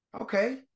okay